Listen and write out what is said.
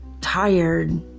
tired